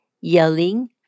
yelling